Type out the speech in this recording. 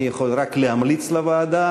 אני יכול רק להמליץ לוועדה,